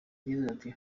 yagize